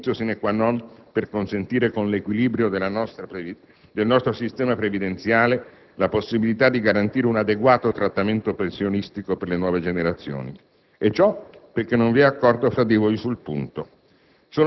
*condicio sine qua non* per consentire, con l'equilibrio del nostro sistema previdenziale, la possibilità di garantire un adeguato trattamento pensionistico per le nuove generazioni. E ciò perché non vi è accordo fra di voi sul punto.